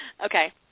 Okay